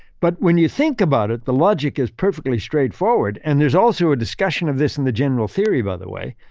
but when you think about it, the logic is perfectly straightforward. and there's also a discussion of this in the general theory by the way,